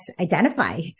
identify